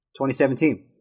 2017